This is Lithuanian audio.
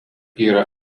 yra